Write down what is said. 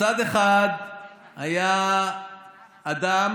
בצד אחד היה אדם